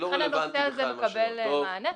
כך שהנושא הזה כן מקבל מענה.